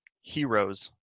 heroes